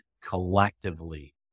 collectively